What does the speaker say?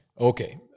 Okay